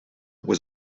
was